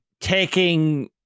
taking